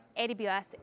AWS